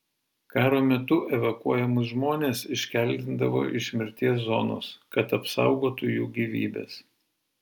karo metu evakuojamus žmones iškeldindavo iš mirties zonos kad apsaugotų jų gyvybes